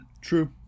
true